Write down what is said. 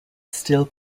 still